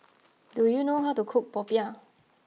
do you know how to cook Popiah